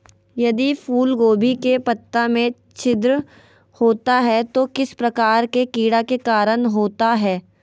यदि फूलगोभी के पत्ता में छिद्र होता है तो किस प्रकार के कीड़ा के कारण होता है?